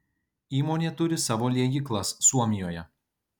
įmonė turi savo liejyklas suomijoje